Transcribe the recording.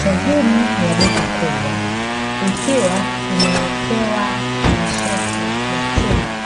Sehemu ya duka kubwa ikiwa imewekewa mashelfu ya chuma,